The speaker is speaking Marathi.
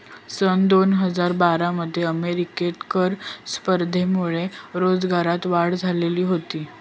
सन दोन हजार बारा मध्ये अमेरिकेत कर स्पर्धेमुळे रोजगारात वाढ झालेली होती